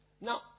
Now